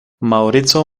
maŭrico